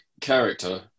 character